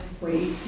wait